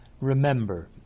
remember